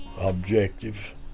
objective